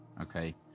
Okay